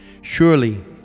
surely